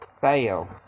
fail